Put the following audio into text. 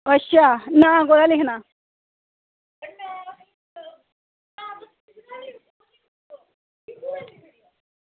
अच्छा नांऽ कोह्दा लिखना